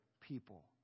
people